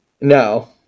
No